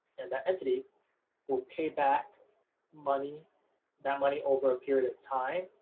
and that entity will pay back money that money over a period of time,